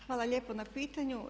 Hvala lijepo na pitanju.